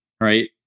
right